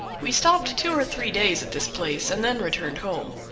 we stopped two or three days at this place and then returned home.